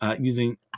using